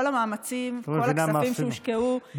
וכל המאמצים וכל הכספים שהושקעו ירדו לטמיון.